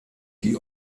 die